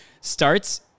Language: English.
starts